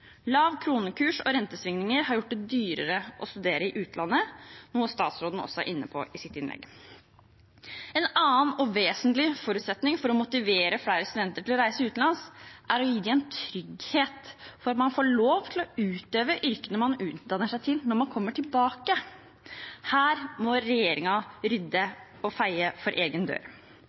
Lav kronekurs og rentesvingninger har gjort det dyrere å studere i utlandet, noe statsråden også var inne på i sitt innlegg. En annen og vesentlig forutsetning for å motivere flere studenter til å reise utenlands er å gi dem en trygghet for at man får lov til å utøve yrket man utdanner seg til, når man kommer tilbake. Her må regjeringen rydde og feie for egen dør.